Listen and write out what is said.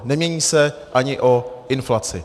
Nemění se ani o inflaci.